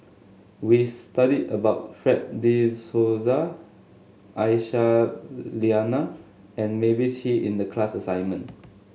we studied about Fred De Souza Aisyah Lyana and Mavis Hee in the class assignment